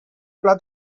pla